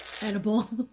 Edible